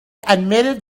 admitted